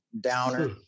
downer